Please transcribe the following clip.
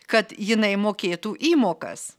kad jinai mokėtų įmokas